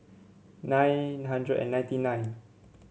nine hundred and ninety nine